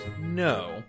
no